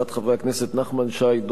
הצעות חברי הכנסת נחמן שי,